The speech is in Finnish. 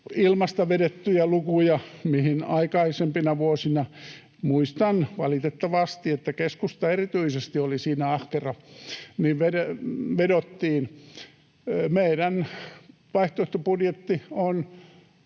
ilmasta vedettyjä lukuja, mihin aikaisempina vuosina vedottiin, muistan, valitettavasti, että erityisesti keskusta oli siinä ahkera. Meidän vaihtoehtobudjettimme